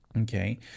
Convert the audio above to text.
Okay